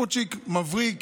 בחורצ'יק מבריק.